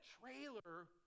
trailer